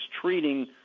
treating